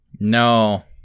No